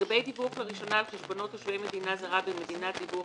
לגבי דיווח לראשונה על חשבונות תושבי מדינה זרה במדינה בת דיווח